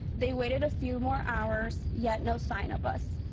they waited a few more hours, yet no sign of us.